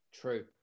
True